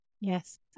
Yes